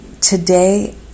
today